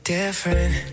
Different